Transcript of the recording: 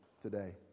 today